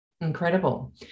incredible